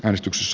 äänestys